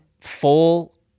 full